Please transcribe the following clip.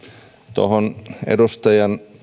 tuosta edustaja